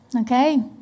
Okay